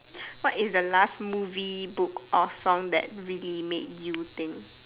what is the last movie book or song that really made you think